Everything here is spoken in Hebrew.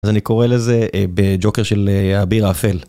אז אני קורא לזה בג'וקר של "האביר האפל".